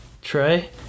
Trey